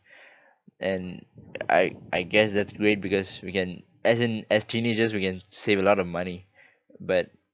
and I I guess that's great because we can as in as teenagers we can save a lot of money but